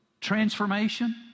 transformation